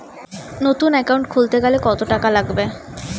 নতুন একাউন্ট খুলতে গেলে কত টাকা লাগবে?